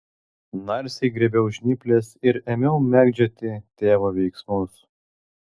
narsiai griebiau žnyples ir ėmiau mėgdžioti tėvo veiksmus